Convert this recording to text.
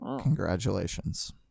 Congratulations